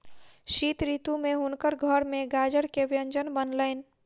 शीत ऋतू में हुनकर घर में गाजर के व्यंजन बनलैन